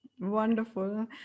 wonderful